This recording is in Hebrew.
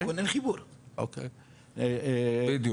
בסך